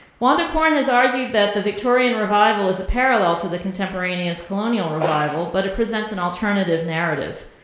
wanda corn has argued that the victorian revival is a parallel to the contemporaneous colonial revival but it presents an alternative narrative.